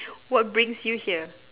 what brings you here